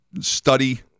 study